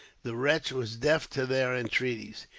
the wretch was deaf to their entreaties.